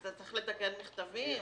זה תיקון טפסים,